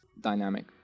dynamic